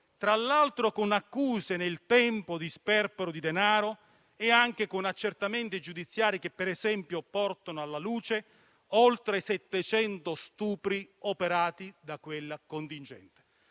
tra l'altro con accuse nel tempo di sperpero di denaro e anche con accertamenti giudiziari che, ad esempio, hanno portato alla luce oltre 700 stupri operati da quel contingente.